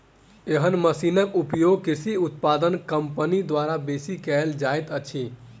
एहन मशीनक उपयोग कृषि उत्पाद कम्पनी द्वारा बेसी कयल जाइत अछि